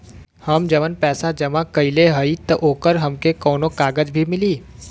हम जवन पैसा जमा कइले हई त ओकर हमके कौनो कागज भी मिली?